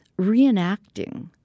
reenacting